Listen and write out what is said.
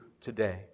today